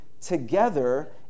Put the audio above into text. together